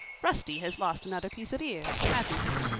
rusty has lost another piece of ear, hasn't he?